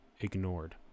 ignored